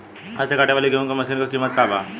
हाथ से कांटेवाली गेहूँ के मशीन क का कीमत होई?